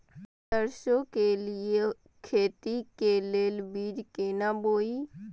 सरसों के लिए खेती के लेल बीज केना बोई?